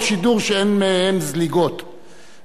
זה אתגר מחייב.